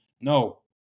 No